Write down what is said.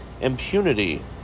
impunity